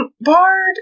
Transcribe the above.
bard